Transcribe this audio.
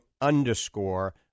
underscore